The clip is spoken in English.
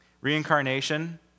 reincarnation